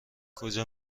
کجا